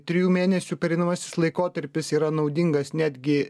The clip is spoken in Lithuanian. trijų mėnesių pereinamasis laikotarpis yra naudingas netgi